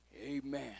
Amen